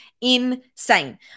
insane